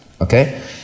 Okay